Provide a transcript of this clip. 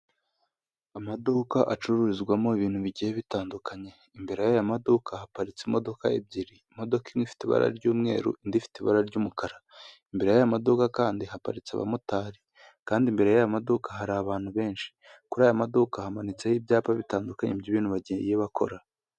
Amaduka acururizwamo ibintu bigiye bitandukanye, imbere yaya maduka haparitse imodoka ebyiri, imodoka imwe ifite ibara ry'umweru indi ifite ibara ry'umukara, imbere yaya maduka kandi haparitse abamotari kandi imbere yaya maduka hari abantu benshi, kuri aya maduka hamanitseho ibyapa bitandukanye by'ibintu bagiye bakora.